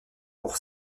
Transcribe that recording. pour